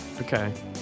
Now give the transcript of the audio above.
Okay